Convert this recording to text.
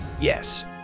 yes